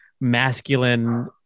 masculine